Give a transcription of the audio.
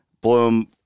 Bloom